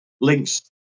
links